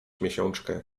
miesiączkę